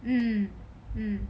mmhmm mmhmm